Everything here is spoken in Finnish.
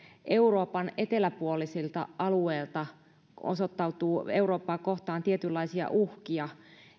euroopan eteläpuolisilta alueilta osoittautuu eurooppaa kohtaan tietynlaisia uhkia